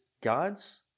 God's